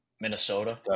Minnesota